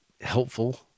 helpful